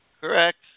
Correct